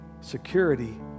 security